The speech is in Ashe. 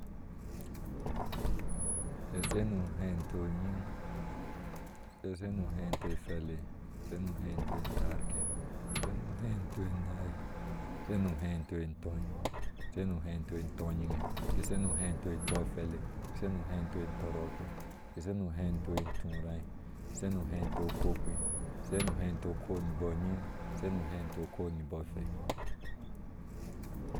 Ke se hanto unyiŋ kese nuhanəo afale, ke senu hanto antanke, sonu hanto an sonu hantu entɔɔ, sonu hantu entɔnyiŋ ke, sonu hante wɔfele, so nu hanto tentɔrɔke ke so nu hanto entúrá sonu hanto kowkpe, so nu hantu ukow ni boyin, sonu hanto ukwni bɔɔ afai